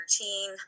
routine